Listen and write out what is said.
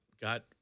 got